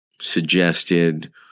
suggested